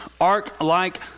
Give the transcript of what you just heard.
ark-like